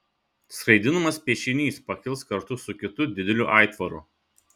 skraidinamas piešinys pakils kartu su kitu dideliu aitvaru